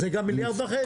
זה גם מיליארד וחצי.